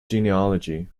genealogy